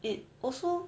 it also